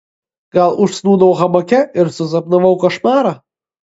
gal užsnūdau hamake ir susapnavau košmarą